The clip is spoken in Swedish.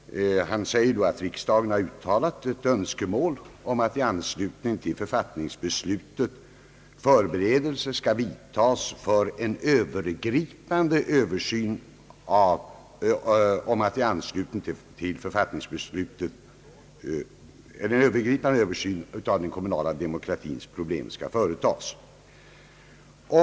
Han sade att riksdagen har uttalat önskemål om att det i anslutning till författningsbeslutet skall vidtas förberedelser för en genomgripande översyn av den kommunala demokratins problem.